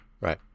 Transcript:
Right